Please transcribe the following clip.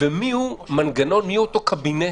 מיהו אותו קבינט